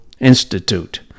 Institute